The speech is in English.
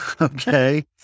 okay